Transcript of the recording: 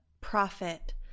profit